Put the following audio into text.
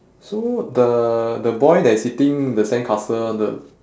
so the the boy that is hitting the sandcastle the